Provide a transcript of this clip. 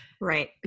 Right